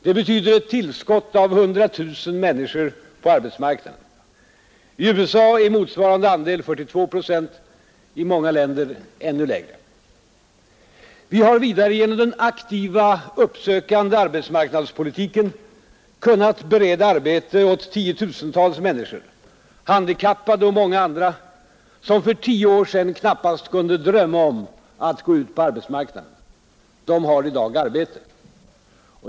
Det betyder ett tillskott av 100 000 människor på arbetsmarknaden. I USA är motsvarande andel 42 procent, i många länder ännu lägre. Vi har vidare genom den aktiva, uppsökande arbetsmarknadspolitiken kunnat bereda arbete åt 10 000-tals människor, handikappade och många andra, som för tio år sedan knappast kunde drömma om att gå ut på arbetsmarknaden. De har i dag arbete.